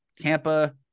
Tampa